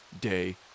Day